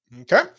Okay